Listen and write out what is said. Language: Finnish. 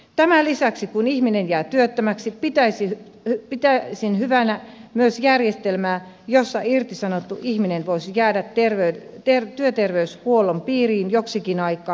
tämän lisäksi kun ihminen jää työttömäksi pitäisin hyvänä myös järjestelmää jossa irtisanottu ihminen voisi jäädä työterveyshuollon piiriin joksikin aikaa